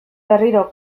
berriro